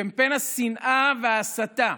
שקמפיין השנאה וההסתה